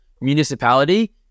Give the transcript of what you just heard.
municipality